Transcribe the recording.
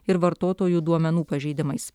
ir vartotojų duomenų pažeidimais